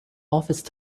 office